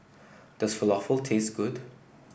does Falafel taste good